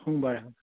সোমবাৰে